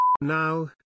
Now